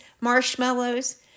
marshmallows